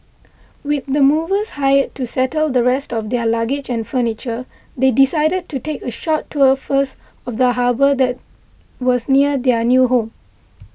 with the movers hired to settle the rest of their luggage and furniture they decided to take a short tour first of the harbour that was near their new home